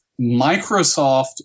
Microsoft